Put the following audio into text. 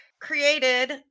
created